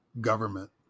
government